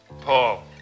Paul